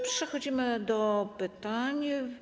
Przechodzimy do pytań.